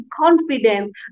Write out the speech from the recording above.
confidence